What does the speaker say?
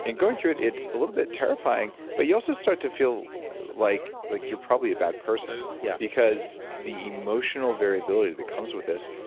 and going through it, it's a little bit terrifying but you also start to feel like like you are probably a bad person yeah because of the emotional variability that comes with this,